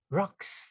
rocks